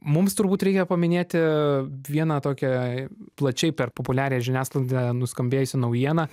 mums turbūt reikia paminėti vieną tokią plačiai per populiariąją žiniasklaidą nuskambėjusi naujiena